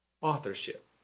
authorship